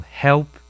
help